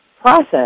process